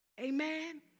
Amen